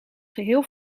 geheel